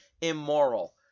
immoral